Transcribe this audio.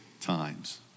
times